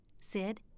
Sid